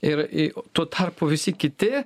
ir į tuo tarpu visi kiti